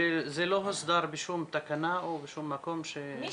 וזה לא הוסדר בשום תקנה ובשום מקום --- מי